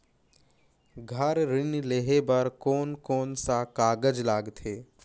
घर ऋण लेहे बार कोन कोन सा कागज लगथे?